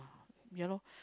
ya lor